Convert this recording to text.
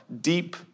Deep